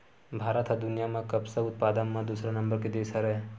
भारत ह दुनिया म कपसा उत्पादन म दूसरा नंबर के देस हरय